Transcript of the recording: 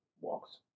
walks